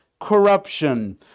corruption